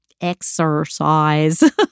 exercise